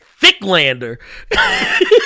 Thicklander